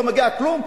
לא מגיע כלום.